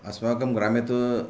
अस्माकं ग्रामे तु